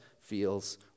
feels